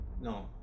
No